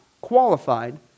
qualified